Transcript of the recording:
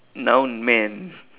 noun man